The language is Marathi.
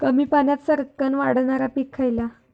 कमी पाण्यात सरक्कन वाढणारा पीक खयला?